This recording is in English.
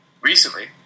recently